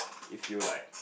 if you like